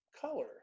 color